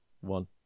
one